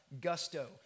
gusto